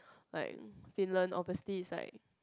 like Finland obviously is like